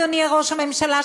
אדוני ראש הממשלה,